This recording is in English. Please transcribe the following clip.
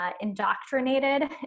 indoctrinated